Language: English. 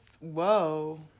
Whoa